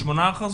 18%,